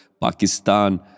Pakistan